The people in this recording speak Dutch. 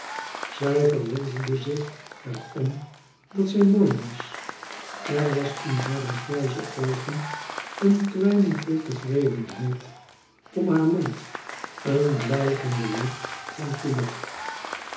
zij verwonderde zich er om dat zij mooi was er was in hare grijze oogen een kwijning vol tevredenheid om haar mond een blijvende lach van geluk